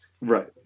right